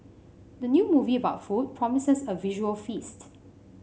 the new movie about food promises a visual feast